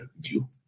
view